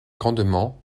grandement